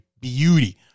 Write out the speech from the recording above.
beauty